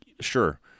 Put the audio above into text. Sure